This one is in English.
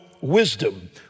wisdom